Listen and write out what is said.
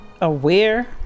aware